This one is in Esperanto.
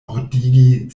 ordigi